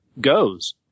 goes